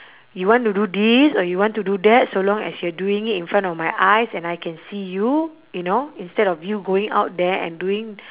you want to do this or you want to do that so long as you're doing it in front of my eyes and I can see you you know instead of you going out there and doing